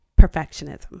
perfectionism